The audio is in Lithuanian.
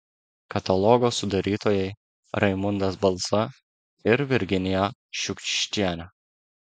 katalogo sudarytojai raimundas balza ir virginija šiukščienė